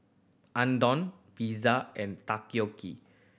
Unadon Pizza and Takoyaki